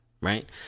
right